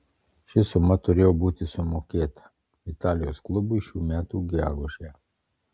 ši suma turėjo būti sumokėta italijos klubui šių metų gegužę